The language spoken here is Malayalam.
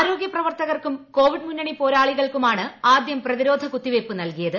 ആരോഗ്യപ്രവർത്തകർക്കും കോവിഡ് മുന്നണി പോരാളികൾക്കുമാണ് ആദ്യം പ്രതിരോധ കുത്തിവയ്പ് നൽകിയത്